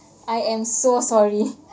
I am so sorry